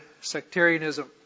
Sectarianism